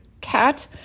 cat